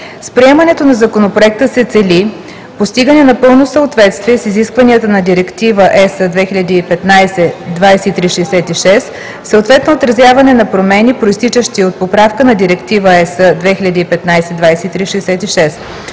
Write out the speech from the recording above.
С приемането на Законопроекта се цели: - Постигане на пълно съответствие с изискванията на Директива (ЕС) 2015/2366, съответно отразяване на промени, произтичащи от Поправка на Директива (ЕС) 2015/2366;